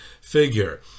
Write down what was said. figure